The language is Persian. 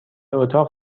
اتاق